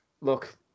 look